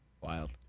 wild